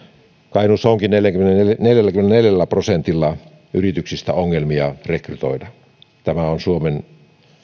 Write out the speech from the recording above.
kainuussa onkin neljälläkymmenelläneljällä prosentilla yrityksistä ongelmia rekrytoida tämä on suomen